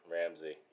Ramsey